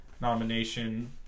Nomination